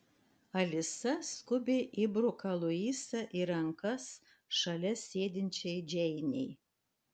alisa skubiai įbruka luisą į rankas šalia sėdinčiai džeinei